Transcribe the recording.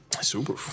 Super